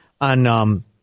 on